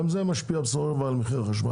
גם זה משפיע בסופו של דבר על מחיר החשמל.